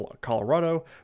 Colorado